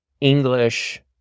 English